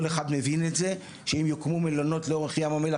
כל אחד מבין את זה שאם יוקמו מלונות לאורך ים המלח